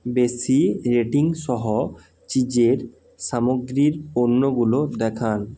বেশি রেটিং সহ চিজের সামগ্রীর পণ্যগুলো দেখান